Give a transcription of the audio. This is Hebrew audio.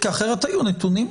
כי אחרת היו נתונים.